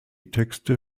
texte